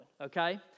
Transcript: Okay